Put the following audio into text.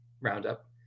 Roundup